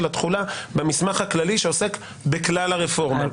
התחולה במסמך הכללי שעוסק בכלל הרפורמה,